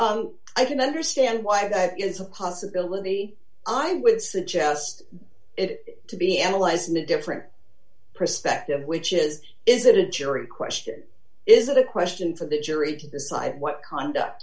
don't understand why that is a possibility i would suggest it to be analyzed in a different perspective which is is it a jury question is it a question for the jury to decide what conduct